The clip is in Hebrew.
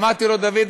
אמרתי לו: דוד,